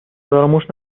فراموش